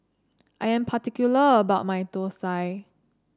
I am particular about my thosai